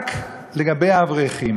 רק לגבי האברכים